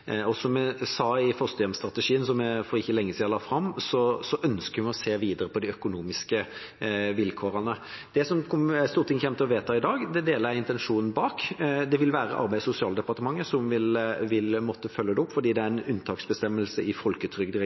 Som jeg sa i fosterhjemsstrategien som jeg for ikke lenge siden la fram, ønsker vi å se videre på de økonomiske vilkårene. Det som Stortinget kommer til å vedta i denne saken, deler jeg intensjonen bak. Det vil være Arbeids- og sosialdepartementet som må følge det opp fordi det må gjøres en unntaksbestemmelse i